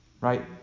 right